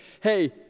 hey